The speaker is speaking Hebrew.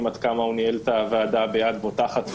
עד כמה הוא ניהל את הוועדה ביד בוטחת ורמה.